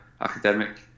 academic